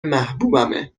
محبوبمه